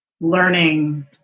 learning